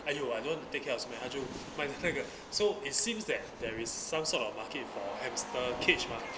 !aiyo! I don't want to take care of so many 她就卖那个 so it seems that there is some sort of market for hamster cage mah